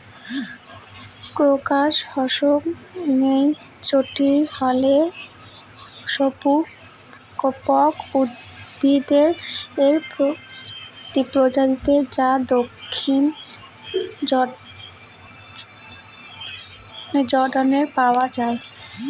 crocus হসকনেইচটি হল সপুষ্পক উদ্ভিদের প্রজাতি যা দক্ষিণ জর্ডানে পাওয়া য়ায়